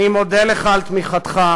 אני מודה לך על תמיכתך,